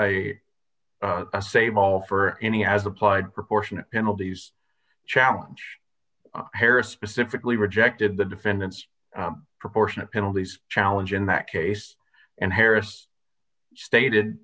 all for any as applied proportionate penalties challenge harris specifically rejected the defendant's proportionate penalties challenge in that case and harris stated